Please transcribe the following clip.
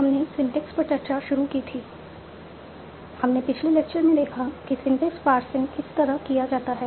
हमने पिछले लेक्चर में देखा कि सिंटेक्स पार्सिंग किस तरह किया जाता है